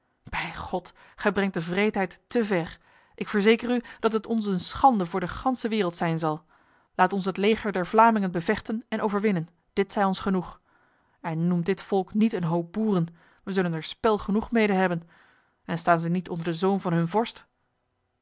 bij god gij brengt de wreedheid te ver ik verzeker u dat het ons een schande voor de ganse wereld zijn zal laat ons het leger der vlamingen bevechten en overwinnen dit zij ons genoeg en noemt dit volk niet een hoop boeren wij zullen er spel genoeg mede hebben en staan zij niet onder de zoon van hun vorst